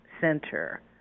center